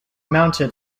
mounted